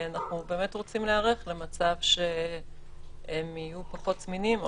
אנחנו באמת רוצים להיערך למצב שהם יהיו פחות זמינים,